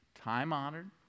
time-honored